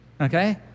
Okay